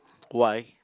why